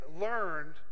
learned